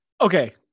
Okay